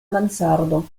mansardo